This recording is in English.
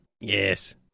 Yes